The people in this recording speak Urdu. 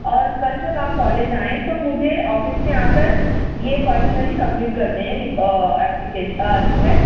اور کل جب آپ کالج آئیں تو مجھے آفس میں آ کر یہ پرسنلی سبمٹ کر دیں اپلیکیشن ریکویسٹ